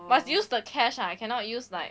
must use the cash ah you cannot use like